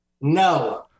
No